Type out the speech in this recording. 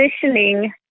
positioning